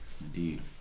Indeed